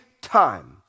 time